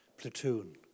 platoon